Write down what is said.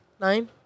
Nine